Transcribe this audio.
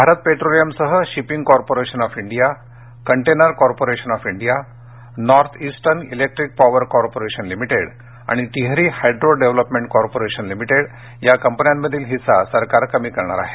भारत पेट्रोलियमसह shipping corporation of India container corporation of India North Eastern electric power corporation limited आणि Tehri hydro development corporation limited या कंपन्यांमधील हिस्सा सरकार कमी करणार आहे